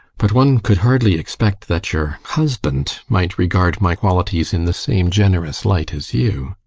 but one could hardly expect that your husband might regard my qualities in the same generous light as you.